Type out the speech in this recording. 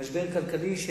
משבר כלכלי,